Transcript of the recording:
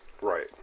Right